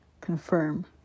confirm